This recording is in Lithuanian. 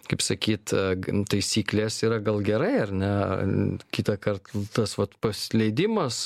kaip sakyt a taisyklės yra gal gerai ar ne n kitąkart tas vat pasileidimas